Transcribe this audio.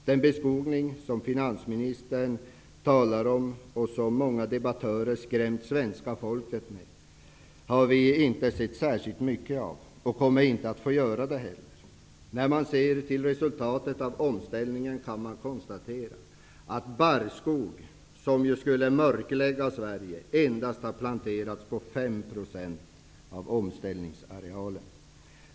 Den beskogning som finansministern talar om, och som många debattörer har skrämt det svenska folket med, har vi inte sett särskilt mycket av. Vi kommer inte heller att få göra det. När man ser resultatet av omställningen kan man konstatera att barrskog, som ju skulle mörklägga Sverige, endast har planterats på 5 % av omställningsarealen.